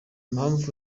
mpamvu